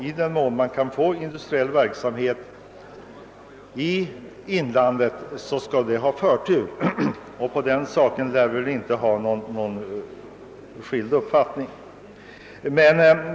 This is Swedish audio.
I den mån man kan få industriell verksamhet i inlandet skall den givetvis ha förtur — därom lär inte råda några delade meningar.